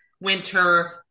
winter